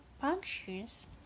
functions